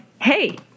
hey